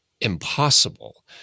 impossible